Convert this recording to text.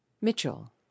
Mitchell